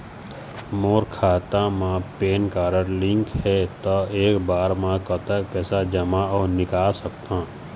मोर खाता मा PAN card link हे ता एक बार मा कतक पैसा जमा अऊ निकाल सकथन?